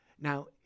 Now